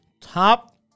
top